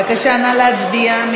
בבקשה, נא להצביע.